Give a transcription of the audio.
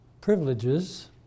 privileges